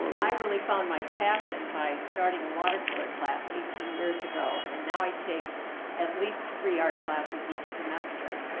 i really found my passion by starting a water color class eighteen years ago and now i take at least three art classes each semester.